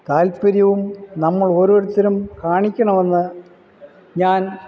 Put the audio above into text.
താൽപ്പര്യവും നമ്മൾ ഓരോരുത്തരും കാണിക്കണമെന്ന് ഞാൻ